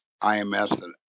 IMS